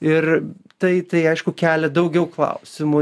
ir tai tai aišku kelia daugiau klausimų